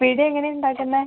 പിടി എങ്ങനെയാണ് ഉണ്ടാക്കുന്നത്